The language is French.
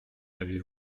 avez